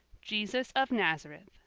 jesus of nazareth,